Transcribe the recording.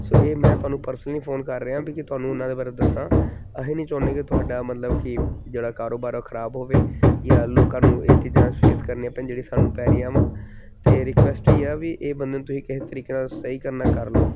ਸੋ ਇਹ ਮੈਂ ਤੁਹਾਨੂੰ ਪਰਸਨਲੀ ਫੋਨ ਕਰ ਰਿਹਾ ਵੀ ਕਿ ਤੁਹਾਨੂੰ ਉਹਨਾਂ ਦੇ ਬਾਰੇ ਦੱਸਾਂ ਅਸੀਂ ਨਹੀਂ ਚਾਹੁੰਦੇ ਕਿ ਤੁਹਾਡਾ ਮਤਲਬ ਕਿ ਜਿਹੜਾ ਕਾਰੋਬਾਰ ਉਹ ਖਰਾਬ ਹੋਵੇ ਜਾਂ ਲੋਕਾਂ ਨੂੰ ਇਹ ਚੀਜ਼ਾਂ ਫੇਸ ਕਰਨੀਆਂ ਪੈਣ ਜਿਹੜੀਆਂ ਸਾਨੂੰ ਪੈ ਰਹੀਆਂ ਵਾ ਅਤੇ ਰਿਕੁਐਸਟ ਹੀ ਆ ਵੀ ਇਹ ਬੰਦੇ ਨੂੰ ਤੁਸੀਂ ਕਿਸ ਤਰੀਕੇ ਨਾਲ ਸਹੀ ਕਰਨਾ ਕਰ ਲਓ